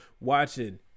watching